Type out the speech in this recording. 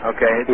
Okay